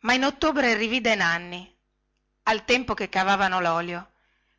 ma in ottobre rivide nanni al tempo che cavavano lolio